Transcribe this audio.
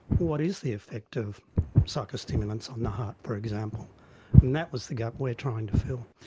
what is the effect of psychostimulants on the heart, for example. and that was the gap we are trying to fill.